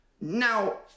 Now